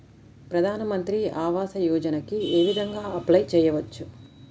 ప్రధాన మంత్రి ఆవాసయోజనకి ఏ విధంగా అప్లే చెయ్యవచ్చు?